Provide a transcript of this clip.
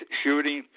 shooting